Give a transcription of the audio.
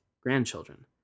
grandchildren